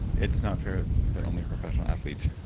it's not fair that only professional athletes.